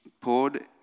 poured